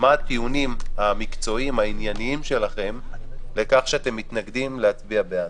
מה הטיעונים המקצועיים והעניינים שלכם לכך שאתם מתנגדים להצביע בעד,